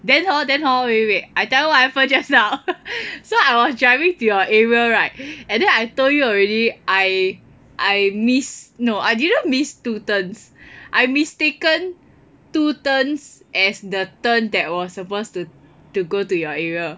then hor then hor wait wait I tell you what happened just now haha so I was driving to your area right and then I told you already I I miss no I didn't miss two turns I mistaken two turns as the turn that was supposed to to go to your area